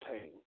pain